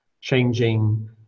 changing